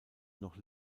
noch